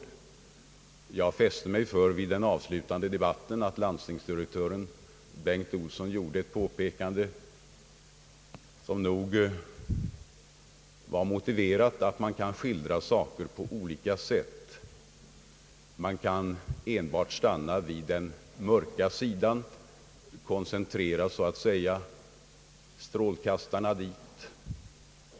I den avslutande debatten fäste jag mig vid att landstingsdirektören Bengt Olsson gjorde ett påpekande, som nog var motiverat — att man kan skildra saker på olika sätt. Man kan stanna enbart vid den mörka sidan, så att säga koncentrera uppmärksamheten dit.